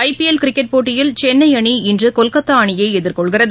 IPL cricket போட்டியில் சென்னைஅணி இன்றுகொல்கத்தாஅணியைஎதிர்கொள்கிறது